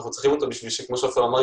אנחנו צריכים אותו כמו שעופר אמר,